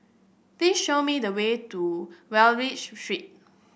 please show me the way to Wallich Street